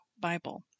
Bible